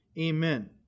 Amen